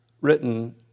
written